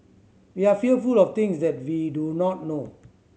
we are fearful of things that we do not know